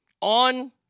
on